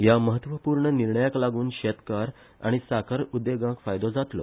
ह्या म्हत्वपूर्ण निर्णयाक लागुन शेतकार आनी साखर उद्देगाक फायदो जातलो